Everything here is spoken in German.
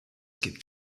gibt